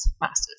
masters